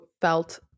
felt